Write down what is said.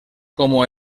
como